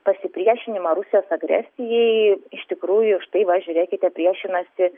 pasipriešinimą rusijos agresijai iš tikrųjų štai va žiūrėkite priešinasi